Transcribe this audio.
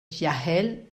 sahel